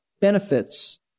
benefits